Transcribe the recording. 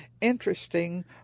interesting